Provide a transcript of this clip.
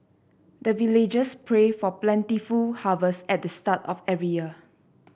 the villagers pray for plentiful harvest at the start of every year